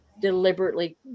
deliberately